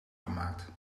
gemaakt